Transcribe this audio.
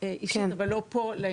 אישית לעניין, אבל לא פה.